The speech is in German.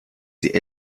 sie